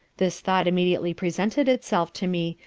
this thought immediately presented itself to me,